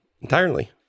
entirely